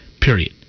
Period